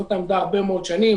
זאת העמדה הרבה מאוד שנים.